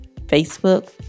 Facebook